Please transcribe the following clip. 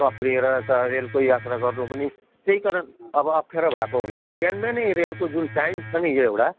कक्रिएर त रेलको यात्रा गर्नु पनि त्यही कारण अब अप्ठ्यारो भएको हुनाले बिहानबिहानै रेलको जुन टाइम छ नि यो एउटा